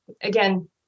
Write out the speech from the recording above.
again